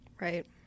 Right